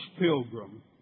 pilgrim